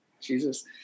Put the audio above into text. Jesus